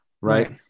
right